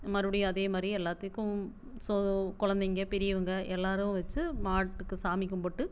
மறுபடியும் அதேமாதிரி எல்லாத்துக்கும் ஸோ குழந்தைங்க பெரியவங்க எல்லாரும் வச்சு மாட்டுக்கு சாமி கும்பிட்டு